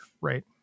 right